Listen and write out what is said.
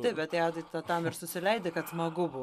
taip bet adatą tam ir susileidi kad smagu būt